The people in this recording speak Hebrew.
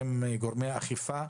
גורמי האכיפה.